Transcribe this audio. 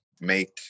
make